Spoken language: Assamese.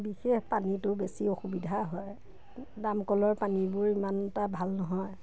বিশেষ পানীটো বেছি অসুবিধা হয় দামকলৰ পানীবোৰ ইমান এটা ভাল নহয়